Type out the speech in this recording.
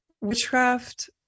witchcraft